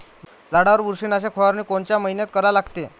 झाडावर बुरशीनाशक फवारनी कोनच्या मइन्यात करा लागते?